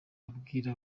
abwira